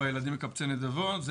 הסיפור, בילדים מקבצי נדבות.